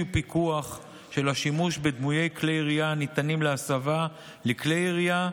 ופיקוח של השימוש בדמויי כלי ירייה הניתנים להסבה לכלי ירייה.